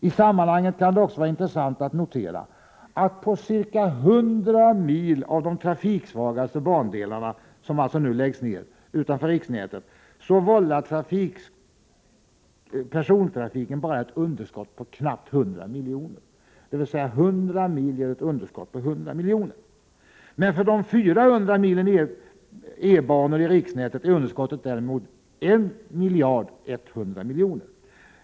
I sammanhanget kan det också vara intressant att notera att på ca 100 mil av de trafiksvagaste bandelarna utanför riksnätet, vilka alltså nu läggs ned, vållar persontrafiken ett underskott på bara knappt 100 miljoner. För de 400 milen E-banor i riksnätet är underskottet däremot ca 1 100 miljoner.